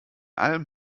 alm